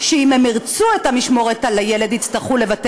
ישיב סגן שר האוצר, חבר הכנסת יצחק כהן.